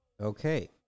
Okay